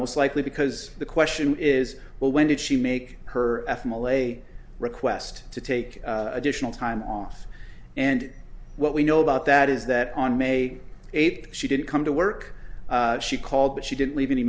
most likely because the question is well when did she make her ethical a request to take additional time off and what we know about that is that on may eighth she did come to work she called but she didn't leave any